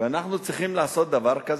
ואנחנו צריכים לעשות דבר כזה?